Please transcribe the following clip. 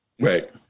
Right